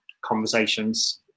conversations